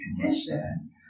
condition